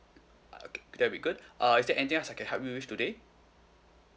okay that will be good uh is there anything else I can help you with today